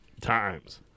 times